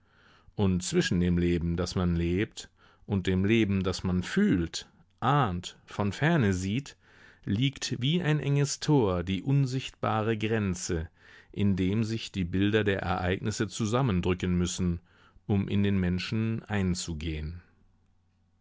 und zwischen dem leben das man lebt und dem leben das man fühlt ahnt von ferne sieht liegt wie ein enges tor die unsichtbare grenze in dem sich die bilder der ereignisse zusammendrücken müssen um in den menschen einzugehen